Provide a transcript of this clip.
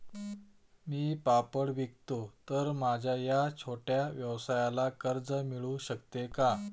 मी पापड विकतो तर माझ्या या छोट्या व्यवसायाला कर्ज मिळू शकेल का?